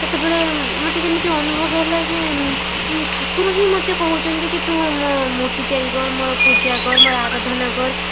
ସେତେବେଳେ ମୋତେ ଯେମିତି ଅନୁଭବ ହେଲା ଯେ ମୁଁ ଠାକୁରଙ୍କ ହିଁ ମୋତେ କହୁଛନ୍ତି କି ତୁ ମୋ ମୂର୍ତ୍ତି ତିଆରି କର ମୋର ପୂଜା କର ମୋର ଆରାଧନା କର